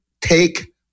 take